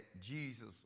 Jesus